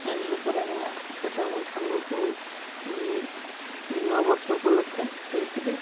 ଜାଣିଲା ପରେ ମୁଁ ସେଇଟା ମୋ ସାଙ୍ଗକୁ ନୂଆ ବର୍ଷ ଉପଲକ୍ଷେ ଦେଇଥିଲି